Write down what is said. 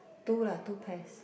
two lah two pairs